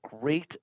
great